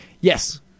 yes